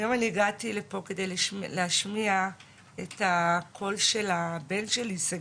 היום אני הגעתי לפה כדי להשמיע את הקול של הבן שלי שגיא.